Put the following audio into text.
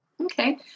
Okay